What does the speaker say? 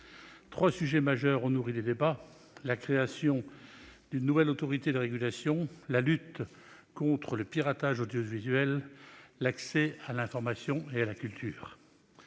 Trois sujets majeurs ont nourri les débats : la création d'une nouvelle autorité de régulation, la lutte contre le piratage audiovisuel et l'accès à l'information et à la culture.